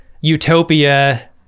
utopia